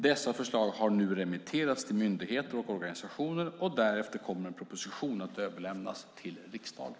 Dessa förslag har nu remitterats till myndigheter och organisationer, och därefter kommer en proposition att överlämnas till riksdagen.